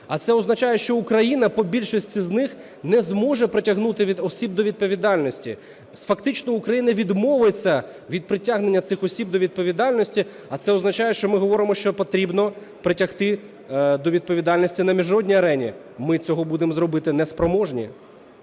А це означає, що Україна по більшості з них не зможе притягнути осіб до відповідальності. Фактично Україна відмовиться від притягнення цих осіб до відповідальності. А це означає, що ми говоримо, що потрібно притягти до відповідальності на міжнародній арені. Ми цього будемо зробити неспроможні.